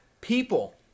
people